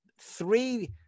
three